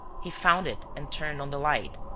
he found it and turned on the light.